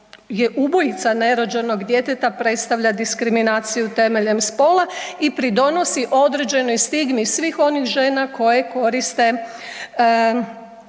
ubojica nerođenog djeteta predstavlja diskriminaciju temeljem spola i pridonosi određenoj stigmi svih onih žena koje koriste